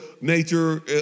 nature